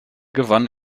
gewann